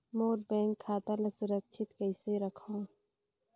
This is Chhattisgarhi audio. मोर बैंक खाता ला सुरक्षित कइसे रखव?